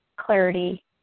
clarity